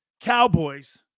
Cowboys